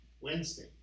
Wednesday